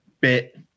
bit